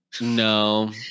No